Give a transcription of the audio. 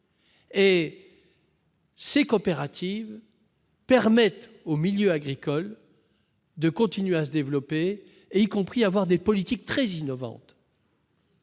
dit ! Elles permettent au milieu agricole de continuer à se développer, y compris au travers de politiques très innovantes.